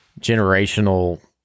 generational